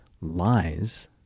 lies